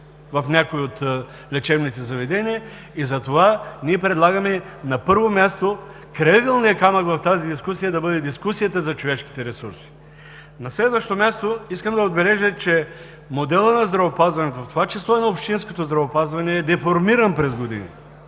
в някои от лечебните заведения. Затова ние предлагаме, на първо място, крайъгълният камък в тази дискусия да бъде дискусията за човешките ресурси. На следващо място, искам да отбележа, че моделът на здравеопазването, в това число и на общинското здравеопазване, е деформиран през годините.